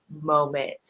moment